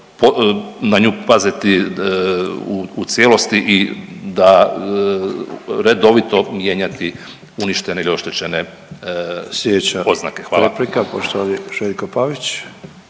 na nju paziti u cijelosti i da redovito mijenjati uništene ili oštećene oznake. Hvala.